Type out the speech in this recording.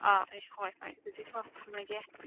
ꯑꯥ ꯍꯣꯏ ꯍꯣꯏ ꯑꯗꯨꯗꯤꯀꯣ ꯊꯝꯂꯒꯦ